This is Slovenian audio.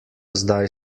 zdaj